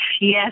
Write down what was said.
Yes